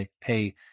pay